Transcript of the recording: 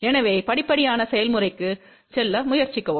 எனவே படிப்படியான செயல்முறைக்கு செல்ல முயற்சிக்கவும்